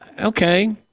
Okay